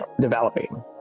developing